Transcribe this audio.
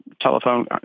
telephone